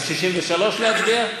אז 63 להצביע?